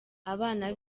abana